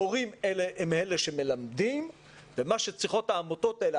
המורים הם אלה שמלמדים ומה שצריכות העמותות האלה,